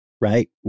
right